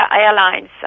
Airlines